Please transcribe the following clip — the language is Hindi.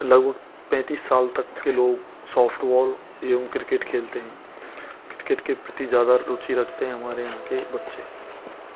लगभग पैंतिस साल तक के लोग सॉफ्टवॉल एवम क्रिकेट खेलते हैं क्रिकेट के प्रति ज़्यादा रुचि रखते है हमारे यहाँ के बच्चे